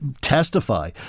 testify